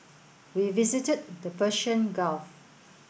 we visited the Persian Gulf